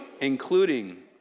including